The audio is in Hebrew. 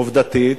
עובדתית,